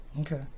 Okay